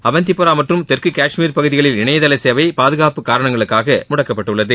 அவந்திபுரா மற்றும் தெற்கு காஷ்மீர் பகுதிகளில் இணையதள சேவை பாதுகாப்பு காரணங்களுக்காக முடக்கப்பட்டுள்ளது